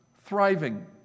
thriving